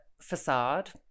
facade